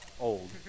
old